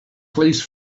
police